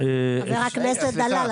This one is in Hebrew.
חבר הכנסת דלל,